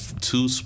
two